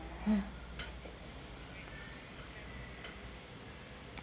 !huh!